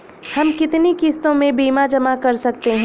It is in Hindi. हम कितनी किश्तों में बीमा जमा कर सकते हैं?